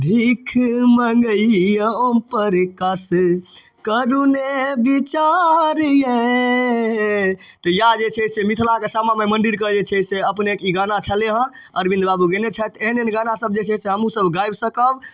भीख मँगैए ओमप्रकाश यै भीख मँगैए ओमप्रकाश करू ने विचार यै तऽ इएह जे छै से मिथिलाके श्यामा माइ मन्दिरके जे छै से अपनेके ई गाना छलै हँ अरविन्द बाबू गएने छथि एहन एहन गाना जे छै से हमहूँसब गाबि सकब